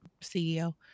CEO